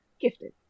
gifted